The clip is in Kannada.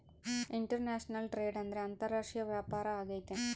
ಇಂಟರ್ನ್ಯಾಷನಲ್ ಟ್ರೇಡ್ ಅಂದ್ರೆ ಅಂತಾರಾಷ್ಟ್ರೀಯ ವ್ಯಾಪಾರ ಆಗೈತೆ